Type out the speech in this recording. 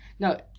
No